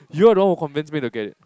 you are the one who convinced me to get it